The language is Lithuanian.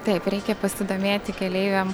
taip reikia pasidomėti keleiviam